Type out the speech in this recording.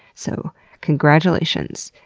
so congratulations,